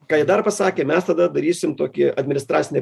ką jie dar pasakė mes tada darysim tokį administracinę